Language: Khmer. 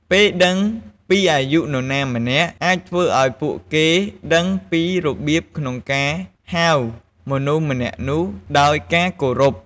ពេលដឹងពីអាយុនរណាម្នាក់ អាចធ្វើឲ្យពួកគេដឹងពីរបៀបក្នុងការហៅមនុស្សម្នាក់នោះដោយការគោរព។